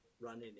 running